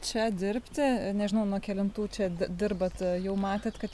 čia dirbti nežinau nuo kelintų čia di dirbat jau matėt kad